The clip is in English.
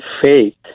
faith